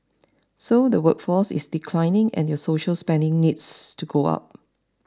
so the workforce is declining and your social spending needs to go up